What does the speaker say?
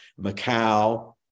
Macau